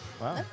Wow